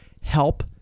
help